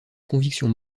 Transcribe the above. convictions